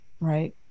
Right